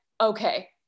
okay